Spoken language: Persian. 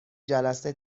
جلسه